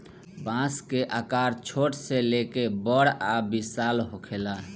बांस के आकर छोट से लेके बड़ आ विशाल होखेला